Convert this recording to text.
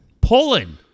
Poland